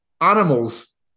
animals